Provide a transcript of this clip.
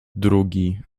drugi